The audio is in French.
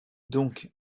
donc